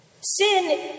Sin